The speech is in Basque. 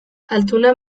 altuna